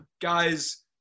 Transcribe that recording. guys